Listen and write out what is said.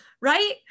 Right